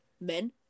men